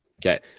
Okay